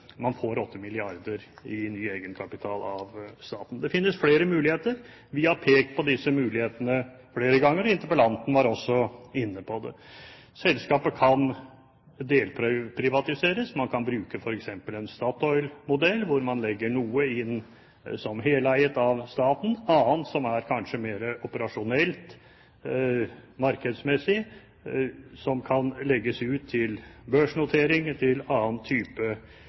man får 8 mrd. kr i ny egenkapital av staten. Det finnes flere muligheter. Vi har pekt på disse mulighetene flere ganger, og interpellanten var også inne på det. Selskapet kan delprivatiseres, man kan bruke f.eks. en Statoil-modell, hvor man legger noe inn som heleiet av staten, og noe annet som kanskje er mer operasjonelt markedsmessig, som kan legges ut til børsnotering og til annen type